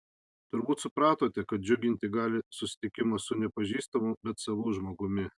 turbūt supratote kad džiuginti gali susitikimas su nepažįstamu bet savu žmogumi